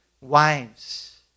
wives